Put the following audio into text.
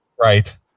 Right